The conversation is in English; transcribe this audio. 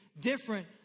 different